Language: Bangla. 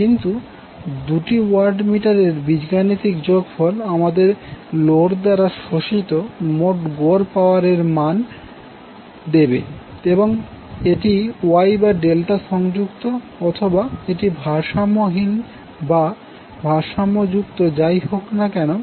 কিন্তু দুটি ওয়াট মিটার এর বীজগাণিতিক যোগফল আমাদের লোড দ্বারা শোষিত মোট গড় পাওয়ার এর মান দেবে এবং এটি ওয়াই বা ডেল্টা সংযুক্ত অথবা এটি ভারসাম্যহীন বা ভারসাম্য যুক্ত যাই হোক না কেনো